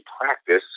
practice